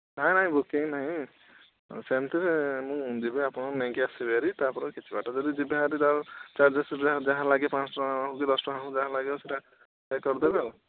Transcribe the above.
ନାଇଁ ନାଇଁ ବୁକିଙ୍ଗ୍ ନାଇଁ ସେମିତିରେ ମୁଁ ଯିବି ଆପଣଙ୍କୁ ନେଇକି ଆସିବି ହେରି ତା'ପରେ ଯଦି କିଛି ବାଟ ଯିଵା ହେରି ତା ଚାର୍ଜେସ୍ ଯାହା ଯାହା ଲାଗିବ ପାଞ୍ଚଟଙ୍କା ହେଉ କି ଦଶଟଙ୍କା ହେଉ ସେଇଟା ପେ କରି ଦେବେ ଆଉ